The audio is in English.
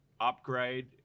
upgrade